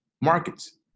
markets